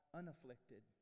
unafflicted